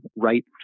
right